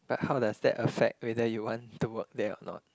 but how does that affect whether you want to work there or not